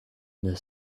this